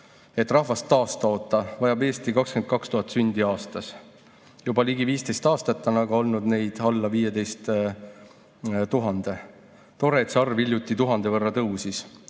"Et rahvast taastoota, vajab Eesti 22 000 sündi aastas. Juba ligi 15 aastat on aga olnud neid alla 15 000. Tore, et see arv hiljuti tuhande võrra tõusis.""Mõned